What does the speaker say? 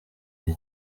iri